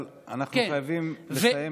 אבל אנחנו חייבים לסיים.